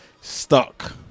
stuck